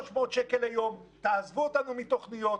300 שקלים ליום, תעזבו אותנו מתוכניות.